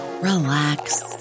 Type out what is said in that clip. relax